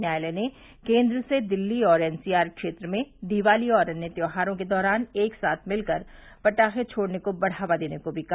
न्यायालय ने केन्द्र से दिल्ली और एन सी आर क्षेत्र में दिवाली और अन्य त्यौहारों के दौरान एक साथ मिलकर पटाखे छोड़ने को बढ़ावा देने को भी कहा